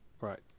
Right